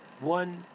one